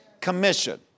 commission